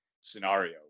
scenario